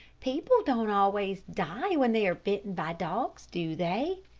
people don't always die when they are bitten by dogs, do they?